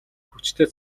хүчтэй